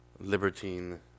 Libertine